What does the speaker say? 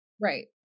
right